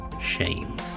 shame